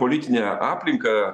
politinę aplinką